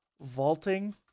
vaulting